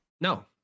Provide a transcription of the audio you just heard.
No